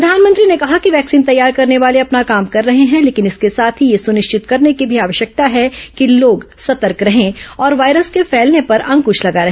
प्रधानमंत्री ने कहा कि वैक्सीन तैयार करने वाले अपना काम कर रहे हैं लेकिन इसके साथ ही यह सुनिश्चित करने की भी आवश्यकता है कि लोग सतर्क रहे और वायरस के फैलने पर अंकृश लगा रहे